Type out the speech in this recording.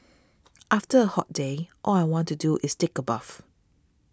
after a hot day all I want to do is take a bath